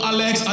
Alex